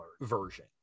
version